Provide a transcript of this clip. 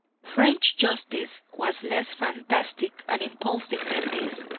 french justice was less fantastic and impulsive than this,